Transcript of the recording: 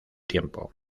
tiempo